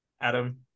Adam